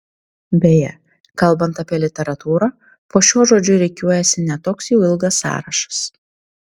beje kalbant apie literatūrą po šiuo žodžiu rikiuojasi ne toks jau ilgas sąrašas